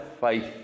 faith